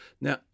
Now